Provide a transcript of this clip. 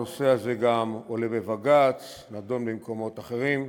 הנושא הזה גם עולה בבג"ץ ונדון במקומות אחרים.